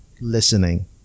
listening